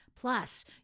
Plus